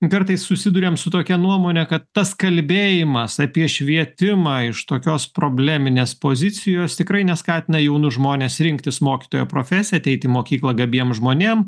kartais susiduriam su tokia nuomone kad tas kalbėjimas apie švietimą iš tokios probleminės pozicijos tikrai neskatina jaunus žmones rinktis mokytojo profesiją ateiti į mokyklą gabiem žmonėm